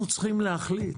אנחנו צריכים להחליט